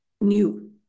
new